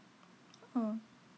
oh